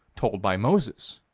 told by moses?